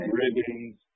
ribbons